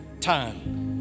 time